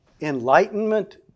enlightenment